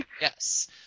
Yes